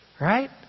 Right